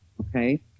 okay